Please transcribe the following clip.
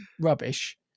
rubbish